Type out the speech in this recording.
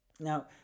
Now